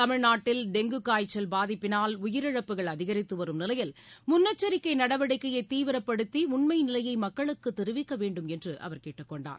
தமிழ்நாட்டில் டெங்கு காய்ச்சல் பாதிப்பினால் உயிரிழப்புகள் அதிகரித்து வரும் நிலையில் முன்னெச்சரிக்கை நடவடிக்கையை தீவிரப்படுத்தி உண்மை நிலையை மக்களுக்கு தெரிவிக்கவேண்டும் என்று அவர் கேட்டுக்கொண்டார்